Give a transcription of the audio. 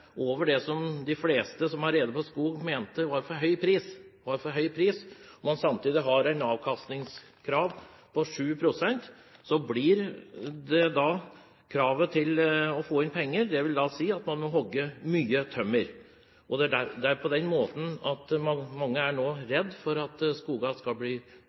som de fleste som har rede på skog, mente var for høy, og man samtidig har et avkastningskrav på 7 pst., vil kravet om å få inn penger tilsi at man må hugge mye tømmer. Det er av den grunn mange nå er redde for at skoger skal bli